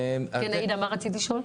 עאידה, מה רצית לשאול?